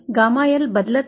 gamma L बदलत नाही